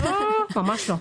לא, לא, לא, ממש לא.